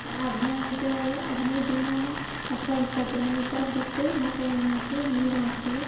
ಹದಿನೈದು ಹದಿನೈದು ದಿನ ಅಥವಾ ಇಪ್ಪತ್ತು ದಿನ ಈ ಥರ ಬಿಟ್ಟು ಮತ್ತು ಏನು ಮಾಡ್ತೀವಿ ನೀರಾಸ್ತೀವಿ